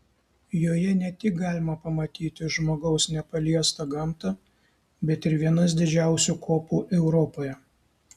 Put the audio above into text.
joje ne tik galima pamatyti žmogaus nepaliestą gamtą bet ir vienas didžiausių kopų europoje